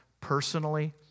personally